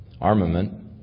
armament